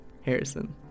Harrison